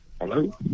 Hello